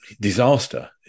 disaster